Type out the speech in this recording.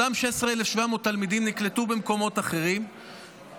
אותם 16,700 תלמידים נקלטו במקומות אחרים,